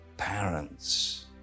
parents